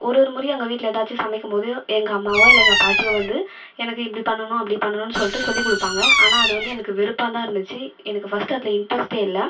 ஒரு ஒரு முறையும் எங்கள் வீட்டில் ஏதாச்சும் சமைக்கும் போது எங்கள் அம்மாவோ இல்லை எங்கள் பாட்டியோ வந்து எனக்கு இப்படி பண்ணணும் அப்படி பண்ணணும் சொல்லிட்டு சொல்லி கொடுப்பாங்க ஆனால் அது வந்து எனக்கு வெறுப்பாக தான் இருந்துச்சு எனக்கு ஃபர்ஸ்ட் அதில் இன்டெரெஸ்ட்டே இல்லை